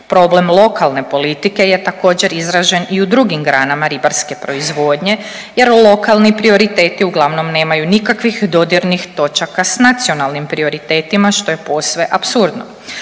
Problem lokalne politike je također izražen i u drugim granama ribarske proizvodnje jer lokalni prioriteti uglavnom nemaju nikakvih dodirnih točaka s nacionalnim prioritetima što je posve apsurdno.